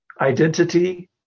identity